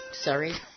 sorry